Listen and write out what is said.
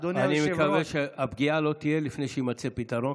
אדוני היושב-ראש --- אני מקווה שהפגיעה לא תהיה לפני שיימצא פתרון,